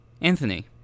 Anthony